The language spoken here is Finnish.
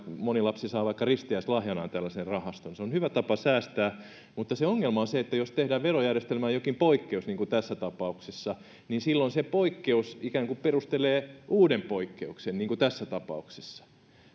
moni lapsi saa vaikka ristiäislahjanaan tällaisen rahaston se on hyvä tapa säästää mutta se ongelma on se että jos tehdään verojärjestelmään jokin poikkeus niin kuin tässä tapauksessa silloin se poikkeus ikään kuin perustelee uuden poikkeuksen niin kuin tässä tapauksessa